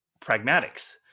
pragmatics